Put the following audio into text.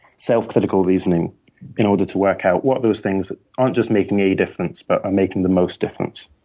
self-critical reasoning in order to work out what those things aren't just making a difference, but are making the most difference.